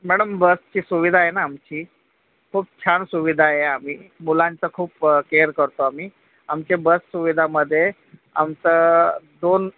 madam बसची सुविधा आहे ना आमची खूप छान सुविधा आहे आम्ही मुलांचा खूप केअर करतो आम्ही आमचे बस सुविधामध्ये आमचं दोन